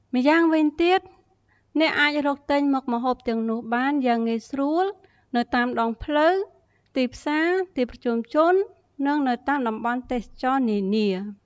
ម្យ៉ាងវិញទៀត អ្នកអាចរកទិញមុខម្ហូបទាំងនោះបានយ៉ាងងាយស្រួលនៅតាមដងផ្លូវ ទីផ្សារ ទីប្រជុំជន និងនៅតាមតំបន់ទេសចរណ៍នានា។